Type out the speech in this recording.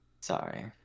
sorry